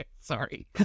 sorry